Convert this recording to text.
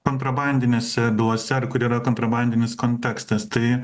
kontrabandinėse bylose ar kur yra kontrabandinis kontekstas tai